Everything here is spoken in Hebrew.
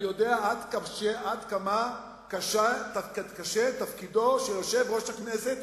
אני יודע עד כמה קשה תפקידו של יושב-ראש הכנסת,